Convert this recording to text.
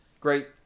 great